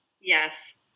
Yes